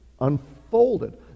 unfolded